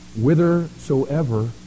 whithersoever